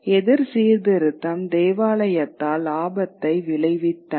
எதிர் சீர்திருத்தம் தேவாலயத்தால் ஆபத்தை விளைவித்தன